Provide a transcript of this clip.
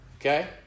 okay